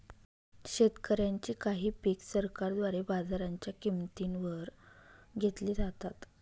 शेतकऱ्यांची काही पिक सरकारद्वारे बाजाराच्या किंमती वर घेतली जातात